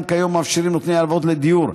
גם כיום מאפשרים נותני ההלוואות לדיור,